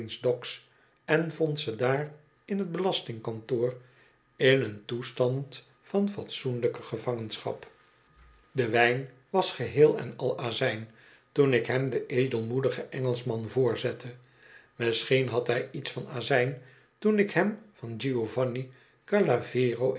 en vond ze daar in t belastingkantoor in een toestand van fatsoenlijke gevangenschap de wijn was geheel en al azijn toen ik hem den edelmoedigen engelschman voorzette misschien had hij iets van azijn toen ik hem van